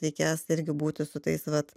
reikės irgi būti su tais vat